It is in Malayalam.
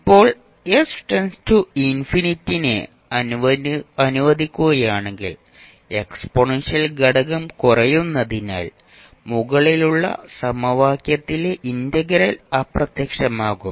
ഇപ്പോൾ s→∞ നെ അനുവദിക്കുകയാണെങ്കിൽ എക്സ്പോണൻഷ്യൽ ഘടകം കുറയുന്നതിനാൽ മുകളിലുള്ള സമവാക്യത്തിലെ ഇന്റഗ്രൽ അപ്രത്യക്ഷമാകും